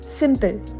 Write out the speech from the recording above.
simple